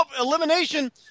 elimination